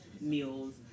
meals